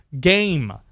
game